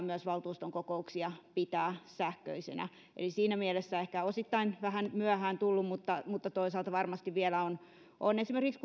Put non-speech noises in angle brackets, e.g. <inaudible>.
<unintelligible> myös valtuuston kokouksia pitää sähköisenä eli siinä mielessä tämä on ehkä osittain vähän myöhään tullut mutta mutta toisaalta varmasti saattaa olla vielä esimerkiksi <unintelligible>